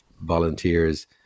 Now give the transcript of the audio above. volunteers